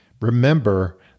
remember